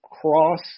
cross